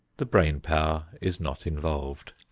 the brain power is not involved.